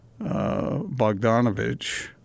Bogdanovich